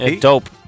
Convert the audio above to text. Dope